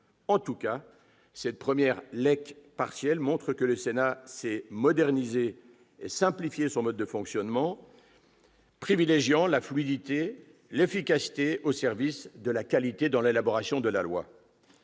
état de cause, cette première expérience montre que le Sénat sait moderniser et simplifier son mode de fonctionnement, privilégiant la fluidité et l'efficacité au service de la qualité dans l'élaboration de la loi.